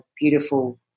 beautiful